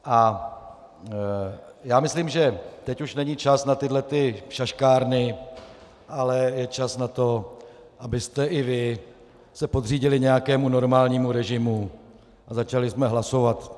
A já myslím, že teď už není čas na tyhle ty šaškárny, ale je čas na to, abyste se i vy podřídili nějakému normálnímu režimu a začali jsme hlasovat.